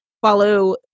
follow